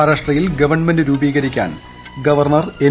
മഹാരാഷ്ട്രയിൽ ഗവൺമെന്റ് രൂപീകൃതിക്കാൻ governor N